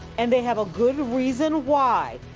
and they have a good reason why.